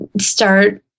start